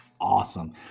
awesome